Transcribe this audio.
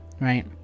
right